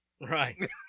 right